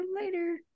later